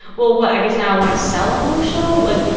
well, what? i guess now i want to sell another show. like,